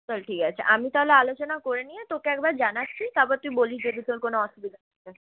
চল ঠিক আছে আমি তাহলে আলোচনা করে নিয়ে তোকে একবার জানাচ্ছি তারপর বলিস যদি তোর কোনো অসুবিধা না থাকে